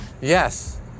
Yes